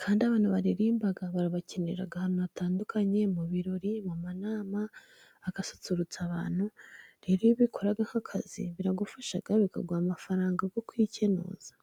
kandi abantu baririmba barabakinera ahantu hatandukanye, mu birori mu nama ,bagasusurutsa abantu, rero iyo ubikora nk'akazi, biragufasha bikaguha amafaranga yo kwikenuza.